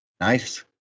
Nice